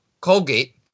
Colgate